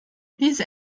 diese